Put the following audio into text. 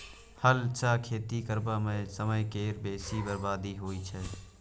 हल सँ खेती करबा मे समय केर बेसी बरबादी होइ छै